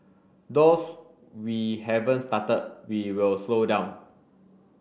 those we haven't started we will slow down